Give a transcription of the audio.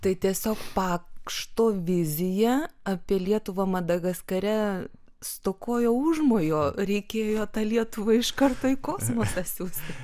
tai tiesiog pakšto vizija apie lietuvą madagaskare stokojo užmojo reikėjo tą lietuvą iš karto į kosmosą siųsti